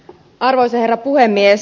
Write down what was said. arvoisa herra puhemies